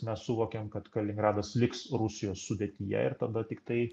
mes suvokiam kad kaliningradas liks rusijos sudėtyje ir tada tiktai